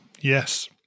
Yes